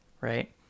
right